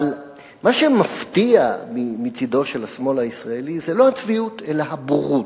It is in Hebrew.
אבל מה שמפתיע מצדו של השמאל הישראלי זה לא הצביעות אלא הבורות.